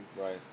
Right